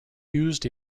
used